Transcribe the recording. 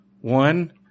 one